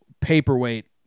paperweight